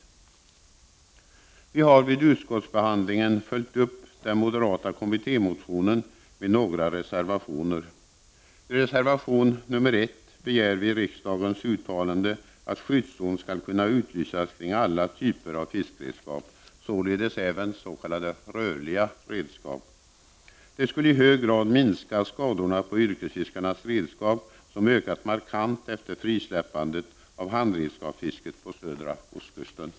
Vi har vid utskottsbehandlingen följt upp den moderata kommittémotionen med några reservationer. I reservation 1 begär vi att riksdagen uttalar att en skyddszon skall kunna utlysas kring alla typer av fiskeredskap, således även kring s.k. rörliga redskap. Detta skulle i hög grad minska skadorna på yrkesfiskarnas redskap. Dessa skador har ökat markant efter frisläppandet av handredskapsfisket på södra ostkusten.